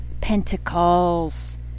pentacles